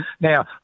Now